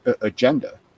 agenda